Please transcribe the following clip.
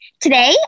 Today